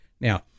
Now